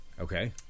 Okay